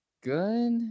good